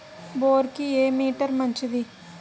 బోరుకి ఏ మోటారు మంచిది?